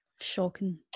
Shocking